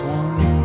one